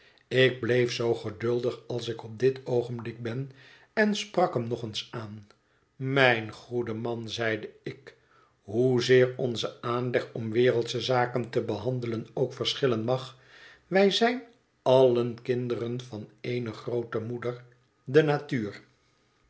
ik bleef zoo geduldig als ik op dit oogenblik ben en sprak hem nog eens aan mijn goede man zeide ik hoezeer onze aanleg om wereldsche zaken te behandelen ook verschillen mag wij zijn allen kinderen van ééne groote moeder de natuur